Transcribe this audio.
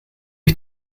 ich